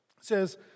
says